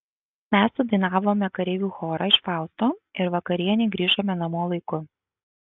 mes sudainavome kareivių chorą iš fausto ir vakarienei grįžome namo laiku